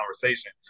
conversation